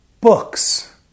books